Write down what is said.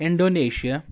Indonesia